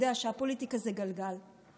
יודע שהפוליטיקה היא גלגל,